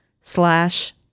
slash